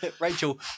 Rachel